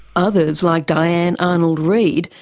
others, like diane arnold-reed,